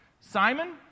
Simon